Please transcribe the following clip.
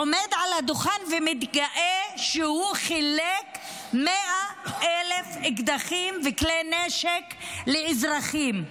הוא עומד על הדוכן ומתגאה שחילק 100,000 אקדחים וכלי נשק לאזרחים.